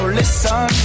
listen